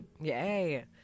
yay